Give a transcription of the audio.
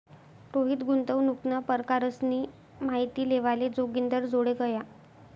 रोहित गुंतवणूकना परकारसनी माहिती लेवाले जोगिंदरजोडे गया